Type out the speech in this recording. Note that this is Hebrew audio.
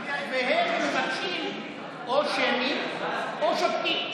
והם מבקשים הצבעה שמית או שותקים.